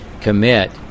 commit